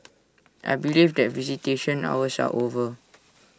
I believe that visitation hours are over